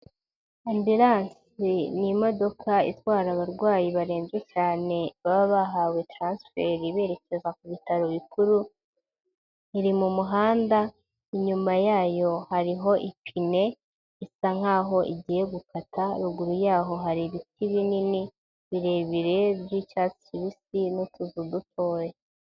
Ambiranse ni imodoka itwara abarwayi barembye cyane baba bahawe transfer berekeza ku bitaro bikuru, iri mu muhanda, inyuma yayo hariho ipine, isa nkaho igiye gukata ruguru yaho hari ibiti binini birebire byi'icyatsi kibisi, n'utuzu dutoya.